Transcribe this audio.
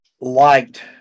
liked